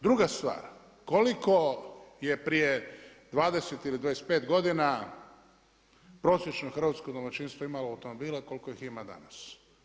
Druga stvar, koliko je prije 20 ili 25 godina prosječno hrvatsko domaćinstvo automobila koliko ih ima danas?